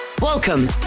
Welcome